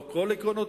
לא כל עקרונותיה,